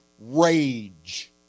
rage